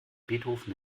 beethoven